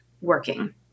working